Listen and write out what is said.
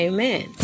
Amen